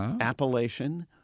appellation